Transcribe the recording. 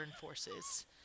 forces